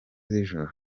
zijoro